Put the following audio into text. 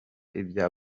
ibya